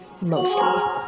mostly